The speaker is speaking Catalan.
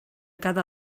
cada